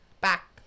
back